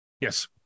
Yes